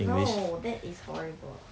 no that is horrible